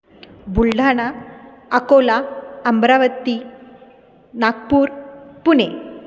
Buldhana Akola Amravati Nagpur Pune